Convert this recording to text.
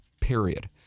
period